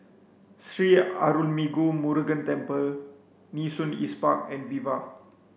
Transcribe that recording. Sri Arulmigu Murugan Temple Nee Soon East Park and Viva